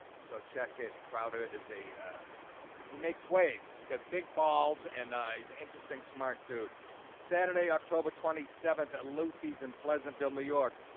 so check-in crowder is a he makes waves. he's got big balls and i he's interesting smart, dude saturday october twenty seventh at lucy's in pleasantville, new york,